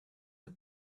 the